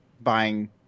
buying